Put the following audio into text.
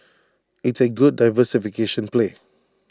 it's A good diversification play